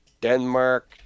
Denmark